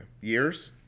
Years